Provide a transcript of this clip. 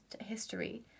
history